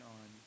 on